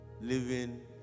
living